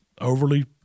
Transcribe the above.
overly